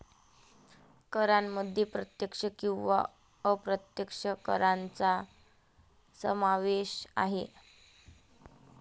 करांमध्ये प्रत्यक्ष किंवा अप्रत्यक्ष करांचा समावेश आहे